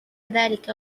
ذلك